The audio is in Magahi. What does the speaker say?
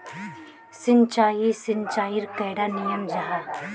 सिंचाई सिंचाईर कैडा नियम जाहा?